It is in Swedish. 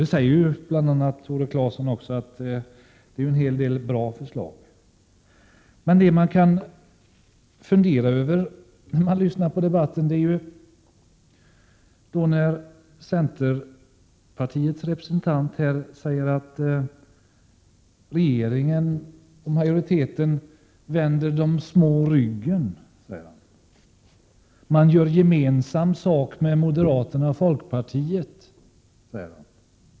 Tore Claeson sade också att det finns en hel del bra förslag. Centerpartiets representant säger att regeringen och majoriteten vänder de små ryggen och att socialdemokraterna gör gemensam sak med moderaterna och folkpartiet.